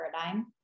paradigm